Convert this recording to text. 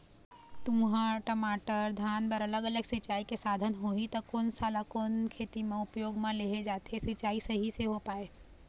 तुंहर, टमाटर, धान बर अलग अलग सिचाई के साधन होही ता कोन सा ला कोन खेती मा उपयोग मा लेहे जाथे, सिचाई सही से होथे पाए?